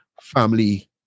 family